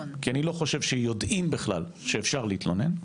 כי אני לא חושב שיודעים בכלל שאפשר להתלונן.